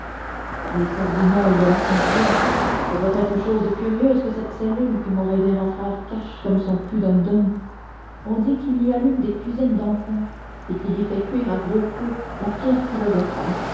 par les corbignolles de la sainte vierge ce doit être chose curieuse que cette cellule que mon révérend frère cache comme son pudendum on dit qu'il y allume des cuisines d'enfer et qu'il y fait cuire à gros feu la pierre philosophale